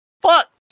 fuck